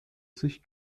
sich